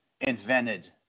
invented